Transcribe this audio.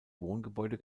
wohngebäude